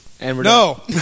No